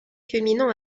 culminant